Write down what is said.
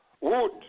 Wood